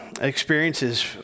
experiences